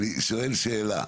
אני שואל שאלה,